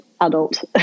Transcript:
adult